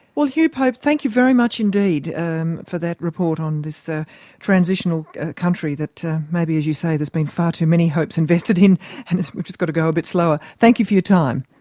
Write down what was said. well, hugh pope, thank you very much indeed and for that report on this ah transitional country that maybe, as you say, there's been far too many hopes invested in and we've just got to go a bit slower. thank you for your time.